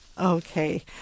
Okay